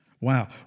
Wow